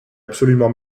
absolument